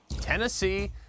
Tennessee